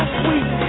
sweet